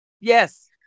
Yes